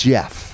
Jeff